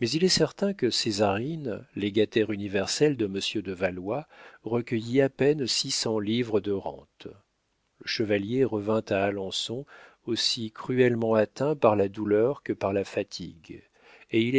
mais il est certain que césarine légataire universelle de monsieur de valois recueillit à peine six cents livres de rente le chevalier revint à alençon aussi cruellement atteint par la douleur que par la fatigue et il